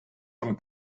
von